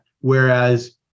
Whereas